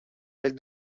elle